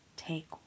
Take